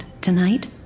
tonight